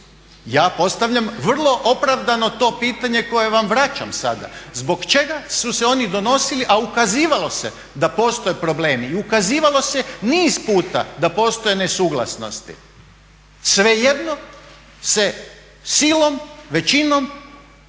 Ja postavljam vrlo opravdano to pitanje koje vam vraćam sada, zbog čega su se oni donosili a ukazivalo se da postoje problemi i ukazivalo se niz puta da postoje nesuglasnosti. Svejedno se silom, većinom